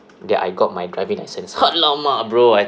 that I got my driving license !alamak! bro I